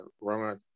Roma